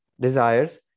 desires